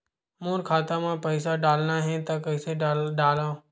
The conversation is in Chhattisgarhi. मोर खाता म पईसा डालना हे त कइसे डालव?